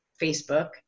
Facebook